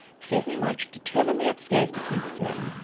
susan marched determinedly upstairs to keith's room.